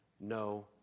no